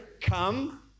Come